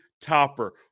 topper